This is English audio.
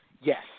Yes